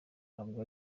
ntabwo